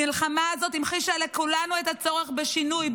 המלחמה הזאת המחישה לכולנו את הצורך בשינוי,